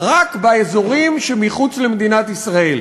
רק באזורים שמחוץ למדינת ישראל,